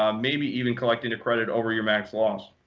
um maybe even collecting a credit over your max loss.